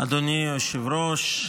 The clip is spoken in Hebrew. אדוני היושב-ראש.